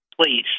please